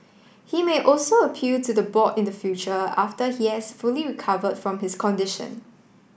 he may also appeal to the board in the future after he has fully recovered from his condition